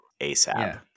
ASAP